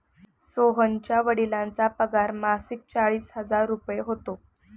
सोहनच्या वडिलांचा पगार मासिक चाळीस हजार रुपये होता